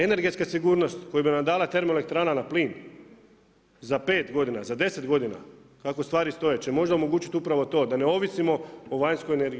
Energetska sigurnost koja bi nam dala termoelektrana na plin, za 5 godina, za 10 godina, kako stvari stoje će možda omogućiti upravo to, da ne ovisimo o vanjskoj energiji.